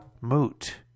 moot